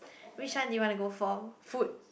which one do you want to go for food